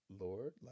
Lord